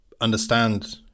understand